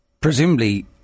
Presumably